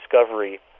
discovery